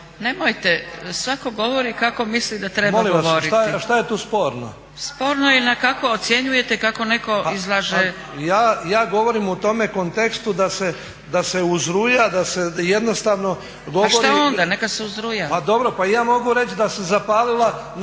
nemojte. Svatko govori kako misli da treba govoriti./… Molim vas šta je tu sporno? …/Upadica Zgrebec: Sporno je kako ocjenjujete kako netko izlaže./… Ja govorim u tome kontekstu da se uzruja, da se jednostavno. …/Upadica Zgrebec: Pa šta onda, neka se uzruja!/… Pa dobro i ja mogu reći da se zapalila